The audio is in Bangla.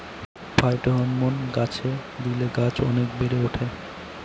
ফাইটোহরমোন গাছে দিলে গাছ অনেক বেড়ে ওঠে